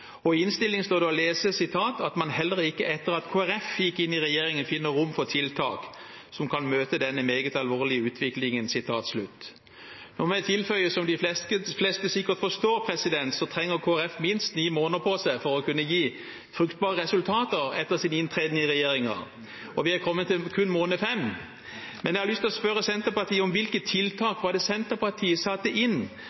I innstillingen står det å lese at «man heller ikke etter at Kristelig Folkeparti gikk inn i regjeringen, finner rom for tiltak som kan møte denne meget alvorlige utviklingen». La meg tilføye: Som de fleste sikkert forstår, trenger Kristelig Folkeparti minst ni måneder på seg for å kunne gi fruktbare resultater etter sin inntreden i regjeringen, og vi har kun kommet til 5. måned. Jeg har lyst til å spørre Senterpartiet om hvilke